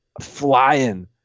flying